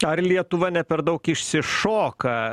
ar lietuva ne per daug išsišoka